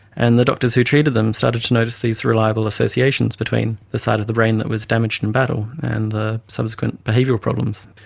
and the doctors who treated them started to notice these reliable associations between the side of the brain that was damaged in battle and the subsequent behavioural problems.